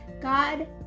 God